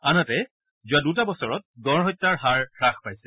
আনহাতে যোৱা দুটা বছৰত গঁড় হত্যাৰ হাৰ হাস পাইছে